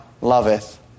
loveth